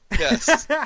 Yes